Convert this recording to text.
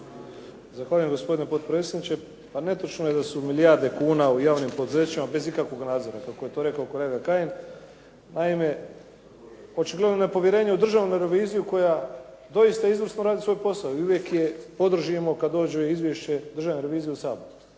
Zahvaljujem, gospodine potpredsjedniče. Netočno je da su milijarde kuna u javnim poduzećima bez ikakvog nadzora, kako je to rekao kolega Kajin. Naime, očigledno nepovjerenje u državnu reviziju koja doista izvrsno radi svoj posao i uvijek je podržimo kad dođe izvješće državne revizije u Saboru.